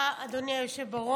תודה, אדוני היושב בראש.